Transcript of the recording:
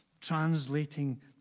translating